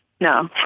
No